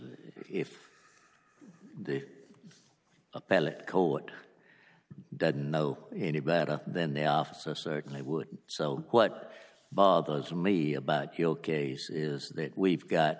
if the appellate kohak doesn't know any better then they officer certainly would so what bothers me about your case is that we've got